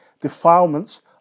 defilements